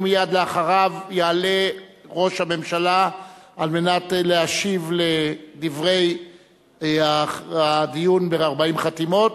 ומייד אחריו יעלה ראש הממשלה על מנת להשיב על דברי הדיון בן 40 חתימות,